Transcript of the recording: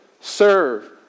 serve